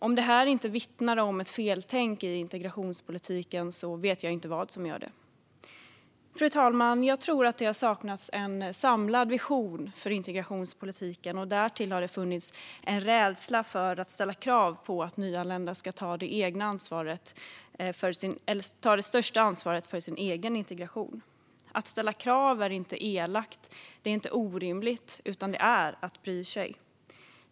Om det inte vittnar om ett feltänk i integrationspolitiken vet jag inte vad som gör det. Fru talman! Jag tror att det har saknats en samlad vision för integrationspolitiken. Därtill har det funnits en rädsla för att ställa krav på nyanlända att ta det största ansvaret för den egna integrationen. Att ställa krav är inte elakt. Det är inte orimligt. Det är att bry sig.